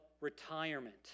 retirement